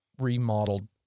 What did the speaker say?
remodeled